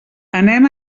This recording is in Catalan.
anem